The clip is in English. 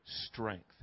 strength